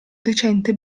decente